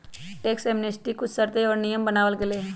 tax amnesty के कुछ शर्तें और नियम बनावल गयले है